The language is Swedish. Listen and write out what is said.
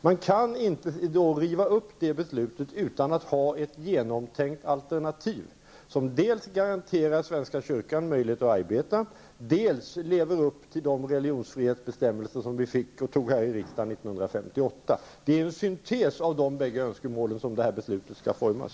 Man kan inte riva upp det beslutet utan att ha ett genomtänkt alternativ, som dels garanterar svenska kyrkan möjlighet att arbeta, dels lever upp till de religionsfrihetsbestämmelser som vi antog här i riksdagen 1958. Det är som en syntes av dessa båda önskemål detta beslut skall formas.